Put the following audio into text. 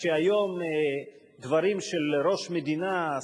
היום דברים של ראש מדינה,